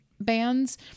bands